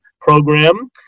Program